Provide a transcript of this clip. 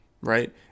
right